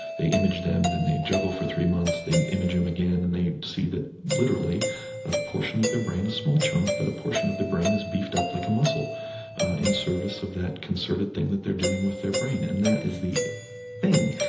they image them, then they juggle for three months, they image them again and they see that literally a portion of their brain, a small chunk, but a portion of their brain is beefed up like a muscle in service of that concerted thing that they're doing with their brain. and that is the thing.